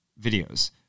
videos